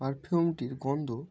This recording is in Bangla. পারফিউমটির গন্ধ